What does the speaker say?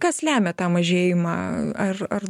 kas lemia tą mažėjimą ar ar